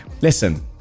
Listen